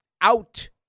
out –